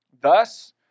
Thus